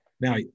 Now